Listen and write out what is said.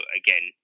again